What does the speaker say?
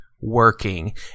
working